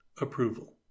approval